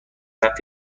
رفت